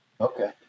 Okay